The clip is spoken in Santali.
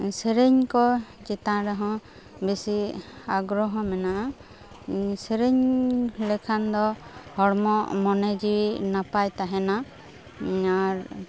ᱥᱮᱨᱮᱧ ᱠᱚ ᱪᱮᱛᱟᱱ ᱨᱮᱦᱚᱸ ᱵᱮᱥᱤ ᱟᱜᱽᱨᱚᱦᱚ ᱢᱮᱱᱟᱜᱼᱟ ᱥᱮᱨᱮᱧ ᱞᱮᱠᱷᱟᱱ ᱫᱚ ᱦᱚᱲᱢᱚ ᱢᱚᱱᱮ ᱡᱤᱣᱤ ᱱᱟᱚᱟᱭ ᱛᱟᱦᱮᱱᱟ ᱟᱨ